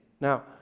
Now